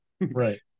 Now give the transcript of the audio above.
right